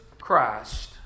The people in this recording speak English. Christ